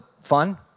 fun